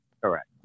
Correct